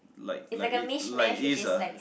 like like it like is ah